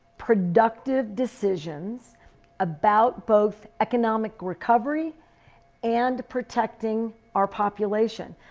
productive decisions about both economic recovery and protecting our population.